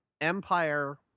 empire